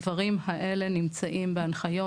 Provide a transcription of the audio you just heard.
הדברים האלה נמצאים בהנחיות,